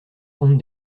compte